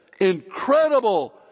incredible